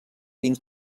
dins